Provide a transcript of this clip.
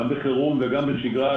גם בחירום וגם בשגרה,